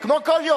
כמו כל יום.